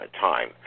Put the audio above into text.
time